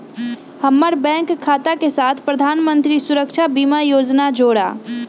हम्मर बैंक खाता के साथ प्रधानमंत्री सुरक्षा बीमा योजना जोड़ा